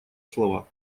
слова